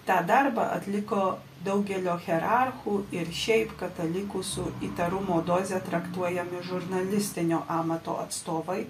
tą darbą atliko daugelio hierarchų ir šiaip katalikų su įtarumo doze traktuojami žurnalistinio amato atstovai